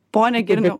pone girniau